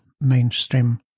mainstream